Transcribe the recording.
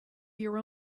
your